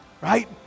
Right